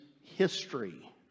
history